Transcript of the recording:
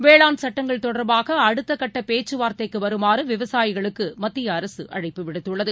வேளாண் சுட்டங்கள் தொடர்பாகஅடுத்தகட்டபேச்கவார்த்தைக்குவருமாறுவிவசாயிகளுக்குமத்தியஅரசுஅழைப்பு விடுத்துள்ளது